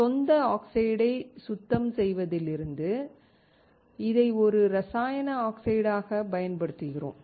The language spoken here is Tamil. சொந்த ஆக்சைடை சுத்தம் செய்வதிலிருந்து இதை ஒரு ரசாயன ஆக்சைடுகளாகப் பயன்படுத்துகிறோம்